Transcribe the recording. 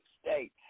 state